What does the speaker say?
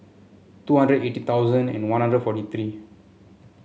two hundred eighty thousand and One Hundred forty three